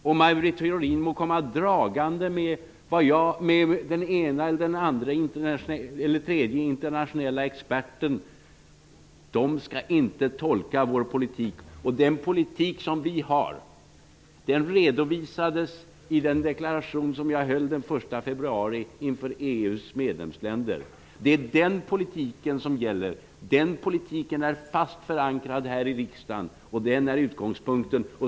Maj Britt Theorin må komma dragande med än den ene, än den andre eller än den tredje internationella experten; de skall inte tolka vår politik. Den politik som vi står för redovisades i den deklaration som jag gjorde den 1 februari inför EU:s medlemsländer. Det är den politik som gäller. Den politiken är fast förankrad här i riksdagen, och den är utgångspunkten.